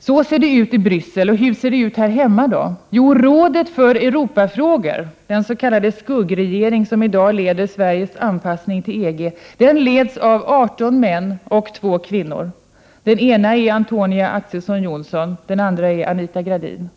Så ser det ut i Bryssel. Hur ser det ut här hemma? Rådet för Europafrågor, dens.k. skuggregeringen, som i dag leder Sveriges anpassning till EG, leds av 18 män och 2 kvinnor. Den ena kvinnan är Antonia Ax:son Johnson den andra är Anita Gradin.